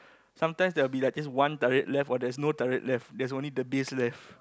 sometimes there will be like this one turret left or there's no turret left there's only the base left